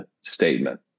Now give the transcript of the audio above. statement